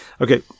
okay